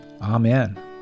Amen